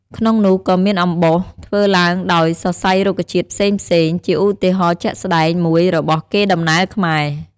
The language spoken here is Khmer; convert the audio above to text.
ក្នុងនោះក៏មានអំបោស ធ្វើឡើងដោយសរសៃរុក្ខជាតិផ្សេងៗ ជាឧទាហរណ៍ជាក់ស្ដែងមួយរបស់កេរដំណែលខ្មែរ។